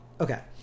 Okay